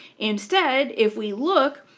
instead, if we look,